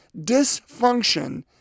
dysfunction